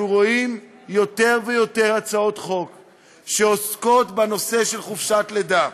אנחנו רואים יותר ויותר הצעות חוק שעוסקות בנושא של חופשת לידה.